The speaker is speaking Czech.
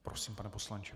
Prosím, pane poslanče.